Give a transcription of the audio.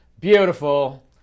Beautiful